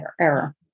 error